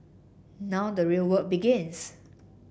now the real work begins